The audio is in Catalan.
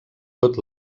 tot